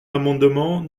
l’amendement